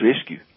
rescue